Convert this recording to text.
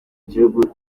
gihugu